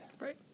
right